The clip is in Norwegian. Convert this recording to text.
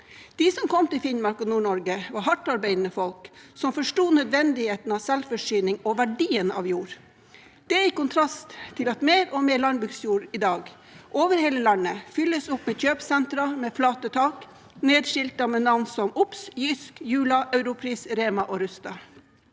De som kom til Finnmark og Nord-Norge, var hardtarbeidende folk som forsto nødvendigheten av selvforsyning og verdien av jord – det i kontrast til at mer og mer landbruksjord i dag over hele landet fylles opp med kjøpesentre med flate tak, nedskiltet med navn som Obs, JYSK, Jula, Europris, REMA og Rusta.